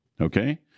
Okay